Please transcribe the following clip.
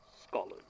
Scholars